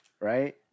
Right